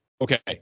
Okay